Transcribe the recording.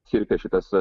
cirkas šitas